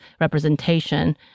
representation